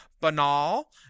banal